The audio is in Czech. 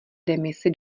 demisi